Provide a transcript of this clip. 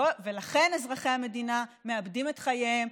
לכן אזרחי המדינה מאבדים את חייהם,